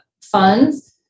funds